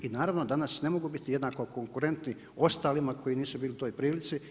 I naravno danas ne mogu biti jednako konkurentni ostalima koji nisu bili u toj prilici.